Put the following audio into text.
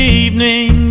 evening